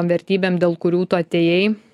vertybėm dėl kurių tu atėjai